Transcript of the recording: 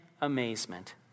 amazement